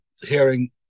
hearing